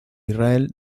israel